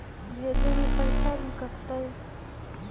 भेजे में पैसा भी कटतै?